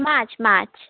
মাছ মাছ